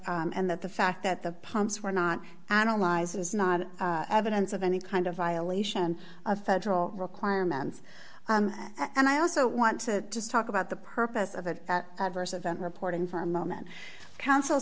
f and that the fact that the pumps were not analyzed is not evidence of any kind of violation of federal requirements and i also want to just talk about the purpose of an adverse event reporting for a moment couns